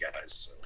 guys